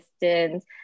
distance